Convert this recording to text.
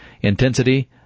intensity